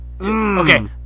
Okay